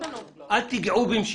אל תגעו בהם,